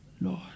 Lord